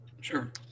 Sure